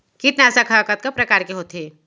कीटनाशक ह कतका प्रकार के होथे?